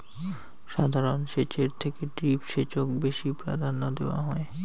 সাধারণ সেচের থেকে ড্রিপ সেচক বেশি প্রাধান্য দেওয়াং হই